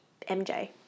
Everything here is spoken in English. MJ